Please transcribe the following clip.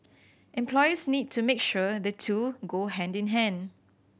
employers need to make sure the two go hand in hand